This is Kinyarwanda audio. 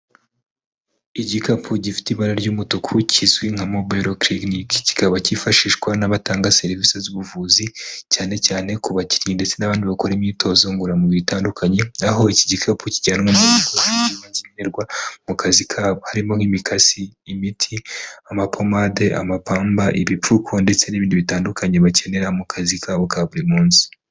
Igikapu gifite ibara ry'umutuku kizwi nka mobile clinic cyikaba cyifashishwa n'abatanga serivisi z'ubuvuzi cyane cyane ku bakinnyi ndetse n'abandi bakora imyitozo ngororamubiri itandukanye aho iki gikapu kijyanwa mu bigo bikenerwa mu kazi kabo harimo nk'imikasi ,imiti ,amapomade, amapamba ,ibipfuko ndetse n'ibindi bitandukanye bakenera mu kazi kabo ka buri munsi.